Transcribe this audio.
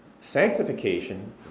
sanctification